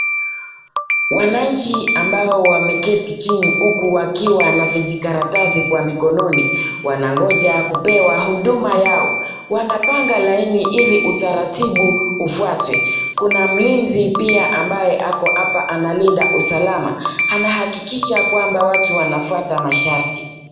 Wananchi ambao wameketi chini huku wakiwa na vijikaratasi kwa mikononi wanangoja kupewa huduma yao. Wanapanga laini ili utaratibu ufuatwe. Kuna mlinzi pia ambaye ako hapa analinda usalama, anahakikisha kwamba watu wanafuata masharti.